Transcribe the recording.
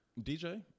DJ